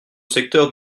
secteur